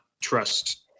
trust